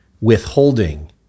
withholding